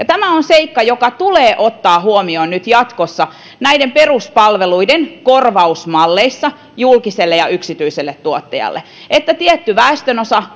tämä on seikka joka tulee ottaa huomioon nyt jatkossa näiden peruspalveluiden korvausmalleissa julkiselle ja yksityiselle tuottajalle että tietty väestönosa